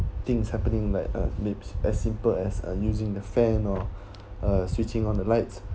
things happening like uh may~ as simple as are using the fan or uh switching on the lights